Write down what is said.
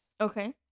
Okay